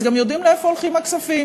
אז גם יודעים לאיפה הולכים הכספים.